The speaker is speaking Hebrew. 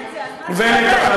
את זה,